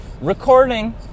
recording